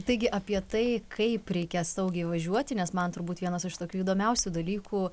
taigi apie tai kaip reikia saugiai važiuoti nes man turbūt vienas iš tokių įdomiausių dalykų